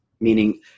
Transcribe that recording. meaning